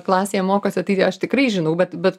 klasėje mokosi taigi aš tikrai žinau bet bet